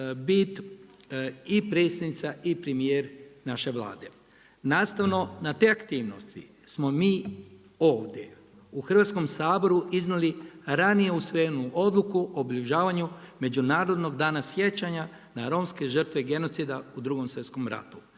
bit i Predsjednica i premjer naše Vlade. Nastavno, na te aktivnosti smo mi ovdje u Hrvatskom saboru, iznijeli ranije usvojenu odluku obilježavanju međunarodnog danas sjećanja na romske žrtve genocida u 2.sv. ratu.